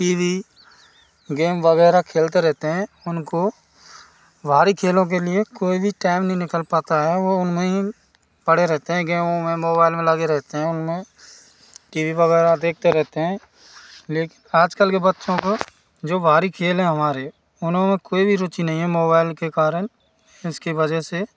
T V game वगैरह खेलते रहते हैं उनको बाहरी खेलों के लिए कोई भी टेम नहीं निकल पाता है वो उन नहीं पड़े रहते हैं गेम उममें मोबैल में लगे रहते हैं उनमें टी वी वगैरह देखते रेहते हैं लेकिन आजकल के बच्चों को जो बाहरी खेल है हमारे उन्हें कोई भी रुचि नहीं है मोबैल के कारण इसके वजह से